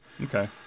Okay